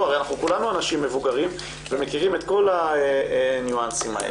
הרי כולנו אנשים מבוגרים ומכירים את כל הניואנסים האלה.